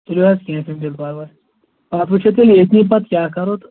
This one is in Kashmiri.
تُلِو حظ کینٛہہ چُھنہٕ تیٚلہِ پَرواے پَتہٕ وٕچھِو تیٚلہِ ییٚتی پَتہٕ کیاہ کرو تہٕ